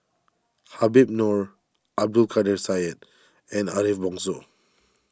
Habib Noh Abdul Kadir Syed and Ariff Bongso